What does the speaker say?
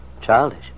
Childish